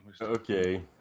Okay